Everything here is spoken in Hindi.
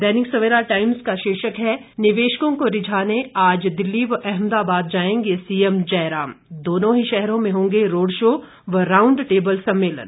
दैनिक सवेरा टाइम्स का शीर्षक है निवेशकों को रिझाने आज दिल्ली व अहमदाबाद जाएंगे सीएम जयराम दोनों ही शहरों में होंगे रोड शो व राउंड टेबल सम्मेलन